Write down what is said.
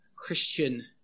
Christian